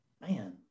man